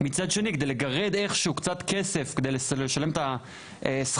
מצד שני כדי לגרד קצת כסף כדי לשלם שכר